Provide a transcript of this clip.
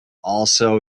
also